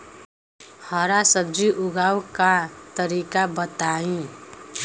हरा सब्जी उगाव का तरीका बताई?